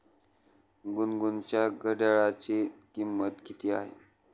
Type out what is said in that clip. गुनगुनच्या घड्याळाची किंमत किती आहे?